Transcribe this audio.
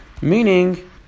Meaning